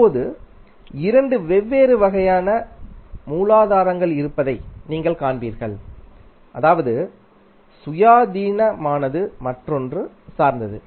இப்போது இரண்டு வெவ்வேறு வகையான மூலாதாரங்கள் இருப்பதை நீங்கள் காண்பீர்கள் அதாவது சுயாதீனமானது மற்றொன்று சார்ந்தது